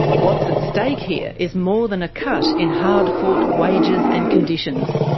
what's at stake here is more than a cut in hard fought wages and conditions,